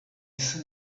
sent